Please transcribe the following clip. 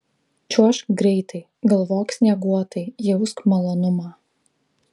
čiuožk greitai galvok snieguotai jausk malonumą